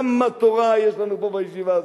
כמה תורה יש לנו פה בישיבה הזאת,